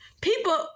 people